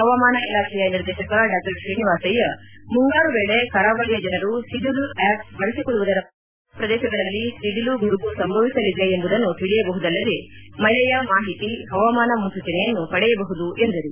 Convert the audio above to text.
ಹವಾಮಾನ ಇಲಾಖೆಯ ನಿರ್ದೇಶಕ ಡಾ ತ್ರೀನಿವಾಸಯ್ಯ ಮುಂಗಾರು ವೇಳೆ ಕರಾವಳಿಯ ಜನರು ಸಿಡಿಲು ಆಪ್ ಬಳಸಿಕೊಳ್ಳುವುದರ ಮುಖಾಂತರ ಯಾವ ಪ್ರದೇಶಗಳಲ್ಲಿ ಸಿಡಿಲು ಗುಡುಗು ಸಂಭವಿಸಲಿದೆ ಎಂಬುದನ್ನು ತಿಳಿಯಬಹುದಲ್ಲದೆ ಮಳೆಯ ಮಾಹಿತಿ ಹವಾಮಾನ ಮುನ್ಲೂಚನೆಯನ್ನು ಪಡೆಯಬಹುದು ಎಂದರು